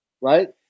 Right